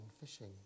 fishing